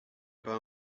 pas